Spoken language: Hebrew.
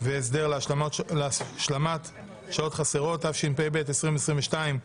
והסדר להשלמת שעות חסרות), התשפ"ב 2022,